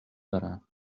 دارن